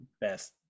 Best